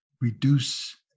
reduce